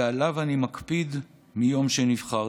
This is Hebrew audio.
ועליו אני מקפיד מיום שנבחרתי.